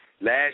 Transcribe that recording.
Last